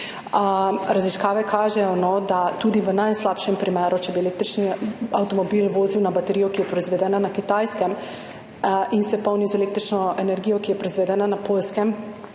Raziskave kažejo, da tudi v najslabšem primeru, če bi električni avtomobil vozil na baterijo, ki je proizvedena na Kitajskem, in se polnil z električno energijo, ki je proizvedena na Poljskem,